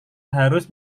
harus